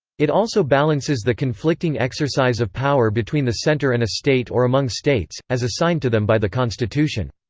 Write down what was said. it also balances the conflicting exercise of power between the centre and a state or among states, as assigned to them by the constitution.